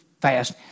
fast